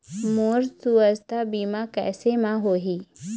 मोर सुवास्थ बीमा कैसे म होही?